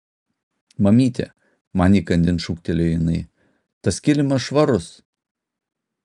mamyte man įkandin šūktelėjo jinai tas kilimas švarus